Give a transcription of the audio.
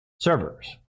servers